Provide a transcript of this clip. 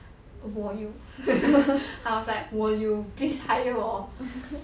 我有 I was like 我有 please hire 我